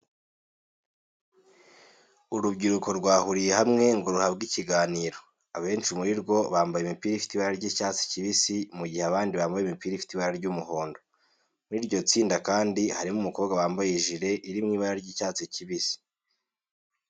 Urubyiruko rwahuriye hamwe ngo ruhabwe ikiganiro. Abenshi muri rwo bambaye imipira ifite ibara ry'icyatsi kibisi mu gihe abandi bambaye imipira ifite ibara ry'umuhondo. Muri iryo tsinda kandi harimo umukobwa wambaye ijire iri mu ibara ry'icyatsi kibisi.